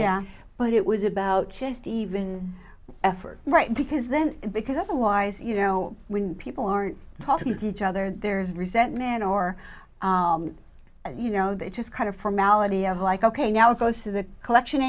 credit but it was about just even effort right because then because otherwise you know when people aren't talking to each other there's resentment or you know they just kind of formality of like ok now it goes to the collection